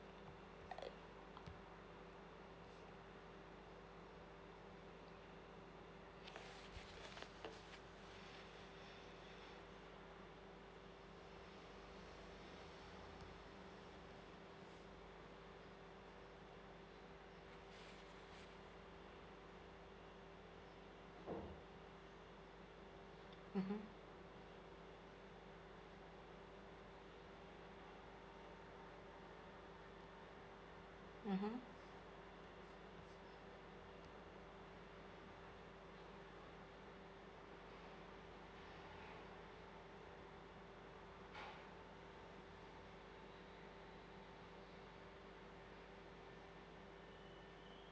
uh mmhmm mmhmm